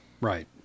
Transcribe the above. Right